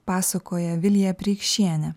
pasakoja vilija preikšienė